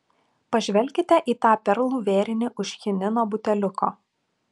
pažvelkite į tą perlų vėrinį už chinino buteliuko